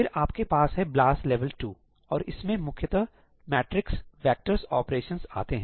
फिरआपके पास है BLAS level two और इसमें मुख्यता मैट्रिक्स वेक्टर्स ऑपरेशंस आते हैं